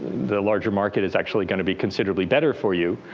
the larger market is actually going to be considerably better for you.